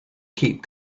keep